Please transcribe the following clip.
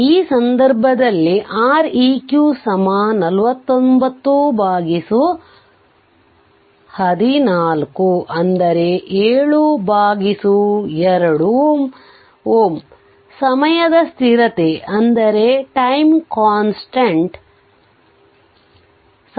ಆದ್ದರಿಂದ ಈ ಸಂದರ್ಭದಲ್ಲಿ R eq 49 14 7 2 Ω ಸಮಯದ ಸ್ಥಿರತೆ l Req ಆಗಿದೆ